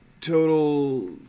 Total